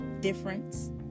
difference